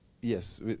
Yes